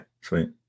sweet